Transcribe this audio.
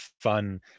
fun